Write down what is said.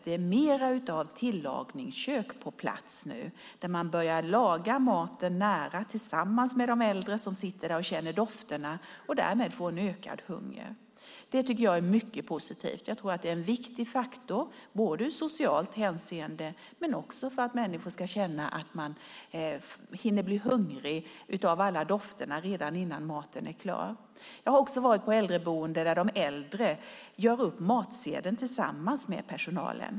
Det är fler tillagningskök på plats nu där man börjar laga maten nära och tillsammans med de äldre som kan känna dofterna och därmed får en ökad hunger. Det tycker jag är mycket positivt. Jag tror att det är en viktig faktor i socialt hänseende och för att människor ska känna att de hinner bli hungriga av alla dofter redan innan maten är klar. Jag har också varit på äldreboenden där de äldre gör upp matsedeln tillsammans med personalen.